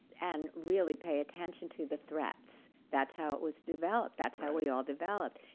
and really pay attention to the threats. that's how it was developed. that's how we all developed.